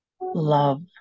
love